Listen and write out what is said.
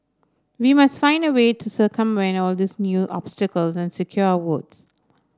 we must find a way to circumvent all these new obstacles and secure our votes